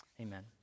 Amen